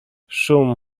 szum